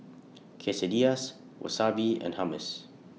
Quesadillas Wasabi and Hummus